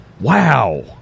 Wow